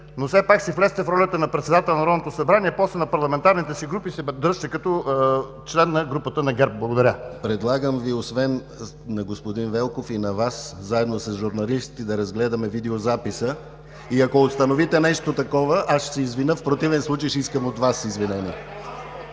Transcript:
но все пак си влезте в ролята на председател на Народното събрание, а после в парламентарната си група се дръжте като член на групата на ГЕРБ. Благодаря. ПРЕДСЕДАТЕЛ ДИМИТЪР ГЛАВЧЕВ: Предлагам, освен на господин Велков, и на Вас, заедно с журналисти да разгледаме видеозаписа. Ако установите нещо такова, аз ще се извиня. В противен случай, ще искам от Вас извинение.